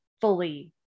fully